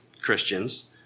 Christians